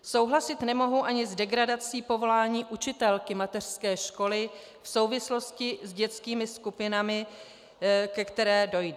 Souhlasit nemohu ani s degradací povolání učitelky mateřské školy v souvislosti s dětskými skupinami, ke které dojde.